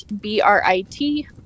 b-r-i-t